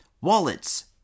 wallets